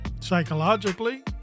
Psychologically